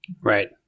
Right